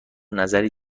نظری